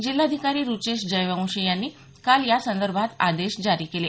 जिल्हाधिकारी रुचेश जयवंशी यांनी काल यासंदर्भात आदेश जारी केले